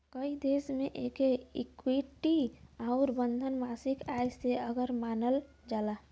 कई देश मे एके इक्विटी आउर बंधल मासिक आय से अलग मानल जाला